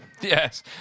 Yes